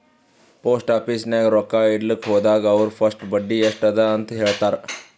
post office ನಾಗ್ ರೊಕ್ಕಾ ಇಡ್ಲಕ್ ಹೋದಾಗ ಅವ್ರ ಫಸ್ಟ್ ಬಡ್ಡಿ ಎಸ್ಟ್ ಅದ ಅಂತ ಹೇಳ್ತಾರ್